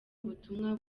ubutumwa